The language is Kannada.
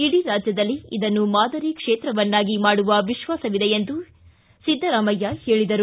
ಇಡೀ ರಾಜ್ಯದಲ್ಲಿ ಇದನ್ನು ಮಾದರಿ ಕ್ಷೇತ್ರವನ್ನಾಗಿ ಮಾಡುವ ವಿಶ್ವಾಸವಿದೆ ಎಂದು ಸಿದ್ದರಾಮಯ್ಯ ಹೇಳಿದರು